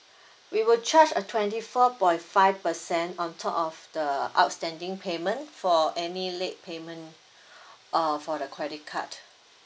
we will charge a twenty four point five percent on top of the outstanding payment for any late payment uh for the credit card